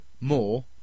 more